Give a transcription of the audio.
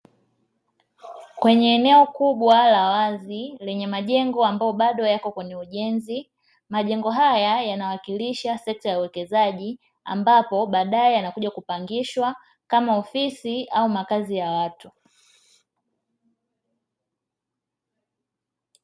Kwenye eneo kubwa la wazi lenye majengo ambayo bado yapo kwenye ujenzi. Majengo haya yanawakilisha sekta ya uwekezaji ambapo baadae yanakuja kupangishwa kama ofisi au makazi ya watu.